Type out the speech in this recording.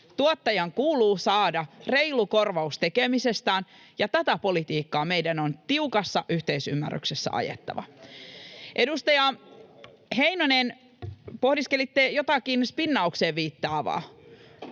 Tuottajan kuuluu saada reilu korvaus tekemisestään, ja tätä politiikkaa meidän on tiukassa yhteisymmärryksessä ajettava. [Jussi Halla-aho: Miksi näin ei tapahdu?] Edustaja Heinonen, pohdiskelitte jotakin spinnaukseen viittaavaa.